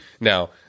Now